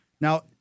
Now